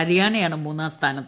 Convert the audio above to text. ഹരിയാനയാണ് മൂന്നാം സ്മാനത്ത്